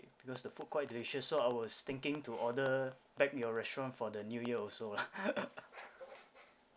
because the food quite delicious so I was thinking to order back your restaurant for the new year also